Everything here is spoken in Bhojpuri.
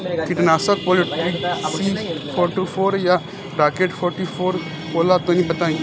कीटनाशक पॉलीट्रिन सी फोर्टीफ़ोर या राकेट फोर्टीफोर होला तनि बताई?